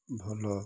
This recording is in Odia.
ଭଲ